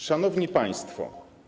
Szanowni Państwo!